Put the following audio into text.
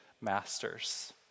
masters